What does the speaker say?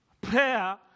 Prayer